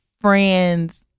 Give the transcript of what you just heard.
friends